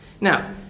Now